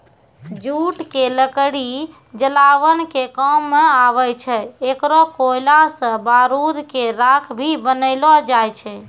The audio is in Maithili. जूट के लकड़ी जलावन के काम मॅ आवै छै, एकरो कोयला सॅ बारूद के राख भी बनैलो जाय छै